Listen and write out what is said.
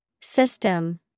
System